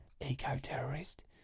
eco-terrorist